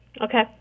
okay